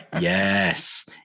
Yes